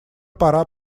пора